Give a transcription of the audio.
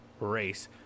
race